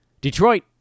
Detroit